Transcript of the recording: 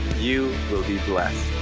you will be blessed.